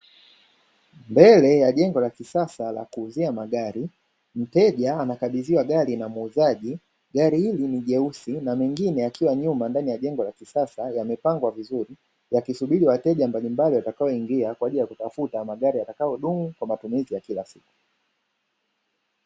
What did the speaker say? Mbele ya jengo la kisasa la kuuzia magari mteja anakabidhiwa gari na muuzaji. Gari hili ni jeusi na mengine yakiwa nyuma ndani ya jengo la kisasa yamepangwa vizuri yakisubiri wateja mbalimbali watakaoingia kwa ajili ya kutafuta magari yatakayodumu kwa matumizi ya kila siku.